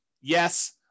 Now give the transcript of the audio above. Yes